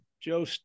joe